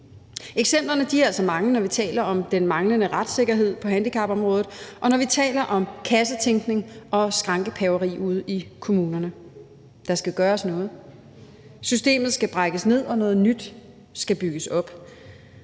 Eksemplerne er altså mange, når vi taler om den manglende retssikkerhed på handicapområdet, og når vi taler om kassetænkning og skrankepaveri ude i kommunerne. Der skal gøres noget. Systemet skal brækkes ned, og noget nyt skal bygges op.